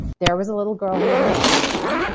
there was a little girl who had leukemia.